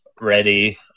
ready